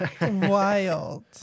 Wild